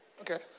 okay